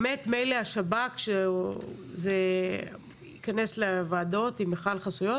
מילא השב"כ, שייכנס לוועדות אם בכלל חסויות